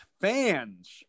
fans